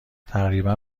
تقریبا